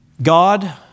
God